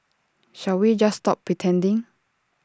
shall we just stop pretending